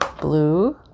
blue